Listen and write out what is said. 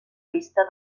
vista